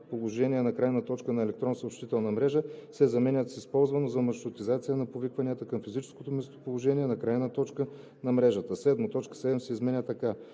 местоположение на крайна точка на електронна съобщителна мрежа“ се заменят с „използвано за маршрутизация на повикванията към физическото местоположение на крайната точка на мрежата“. 7. Точка 7 се изменя така: